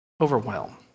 overwhelm